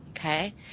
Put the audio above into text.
Okay